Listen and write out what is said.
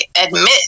admit